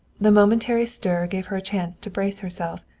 the momentary stir gave her a chance to brace herself.